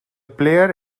player